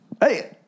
Hey